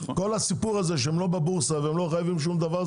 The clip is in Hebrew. כל הסיפור הזה שהם לא בבורסה והם לא חייבים שום דבר,